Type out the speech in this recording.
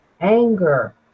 anger